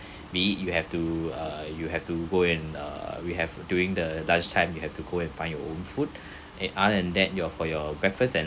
you have to uh you have to go and uh we have during the lunch time you have to go and find your own food and other than that you all for your breakfast and